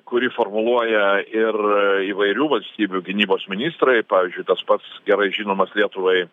kurį formuluoja ir įvairių valstybių gynybos ministrai pavyzdžiui tas pats gerai žinomas lietuvai